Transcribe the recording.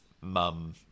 mum